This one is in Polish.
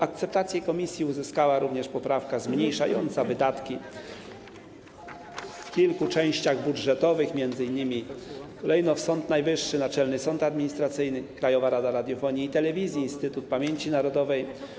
Akceptację komisji uzyskała również poprawka zmniejszająca wydatki w kilku części budżetowych: Sąd Najwyższy, Naczelny Sąd Administracyjny, Krajowa Rada Radiofonii i Telewizji, Instytut Pamięci Narodowej.